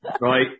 Right